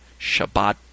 Shabbat